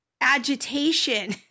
agitation